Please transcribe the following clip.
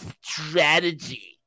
strategy